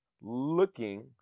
looking